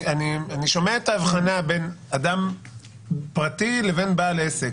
אני שומע את ההבחנה בין אדם פרטי לבין בעל עסק,